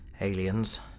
Aliens